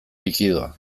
likidoa